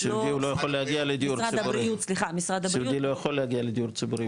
סיעודי לא יכול להגיע לדיור ציבורי.